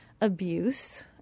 abuse